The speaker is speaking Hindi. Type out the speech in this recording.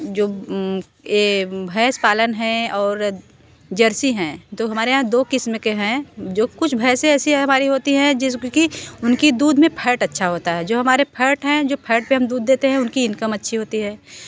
जो ऐ भैंस पालन है और जर्सी हैं जो हमारे यहाँ दो किस्म के हैं जो कुछ भैंसे ऐसी हमारी होती हैं जिसकी उनकी दूध में फएट अच्छा होता है जो हमारे फएट हैं जो फएट पे हम दूध देते हैं उनकी इनकम अच्छी होती है